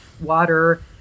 water